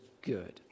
good